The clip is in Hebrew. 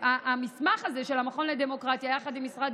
המסמך של המכון לדמוקרטיה יחד עם משרד